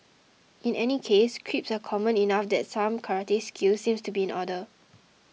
in any case creeps are common enough that some karate skills seem to be in order